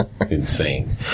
insane